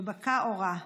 שבקע אורה.